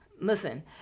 listen